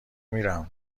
میرم